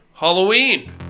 Halloween